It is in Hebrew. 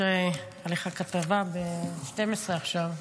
יש עליך כתבה ב-12 עכשיו,